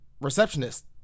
Receptionist